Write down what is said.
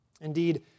Indeed